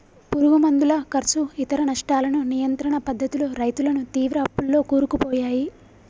పురుగు మందుల కర్సు ఇతర నష్టాలను నియంత్రణ పద్ధతులు రైతులను తీవ్ర అప్పుల్లో కూరుకుపోయాయి